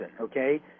okay